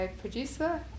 producer